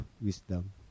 wisdom